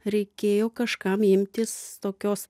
reikėjo kažkam imtis tokios